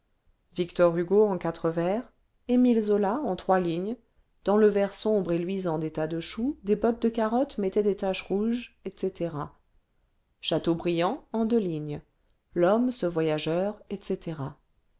victor hugo en quatre vers emile zola en trois lignes dans le vert sombre et luisant des tas de choux des bottes de carottes mettaient des taches rouges etc chateaubriand en deux lignes l'homme ce voyageur etc